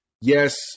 yes